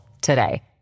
today